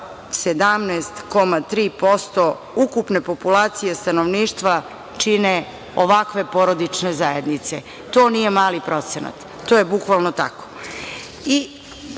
17,3% ukupne populacije stanovništva čine ovakve porodične zajednice. To nije mali procenat. To je bukvalno tako. Da,